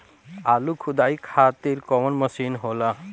आलू खुदाई खातिर कवन मशीन होला?